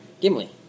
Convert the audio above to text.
Gimli